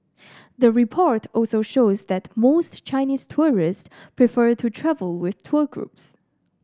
the report also shows that most Chinese tourists prefer to travel with tour groups